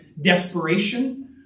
desperation